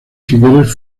figueres